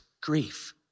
grief